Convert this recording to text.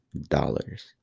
Dollars